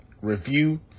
review